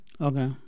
Okay